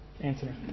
answer